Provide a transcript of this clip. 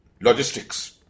logistics